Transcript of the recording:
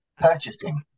purchasing